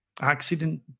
accident